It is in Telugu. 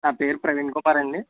నా పేరు ప్రవీణ్ కుమార్ అండి